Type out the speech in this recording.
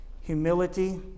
humility